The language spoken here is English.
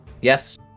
Yes